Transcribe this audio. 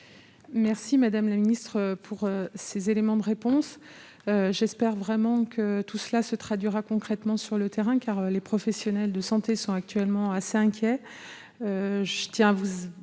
madame la ministre. J'espère vraiment que tout cela se traduira concrètement sur le terrain, car les professionnels de santé sont actuellement assez inquiets.